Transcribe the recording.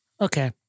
okay